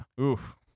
Oof